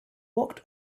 walked